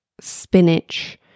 spinach